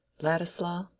Ladislaw